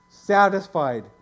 satisfied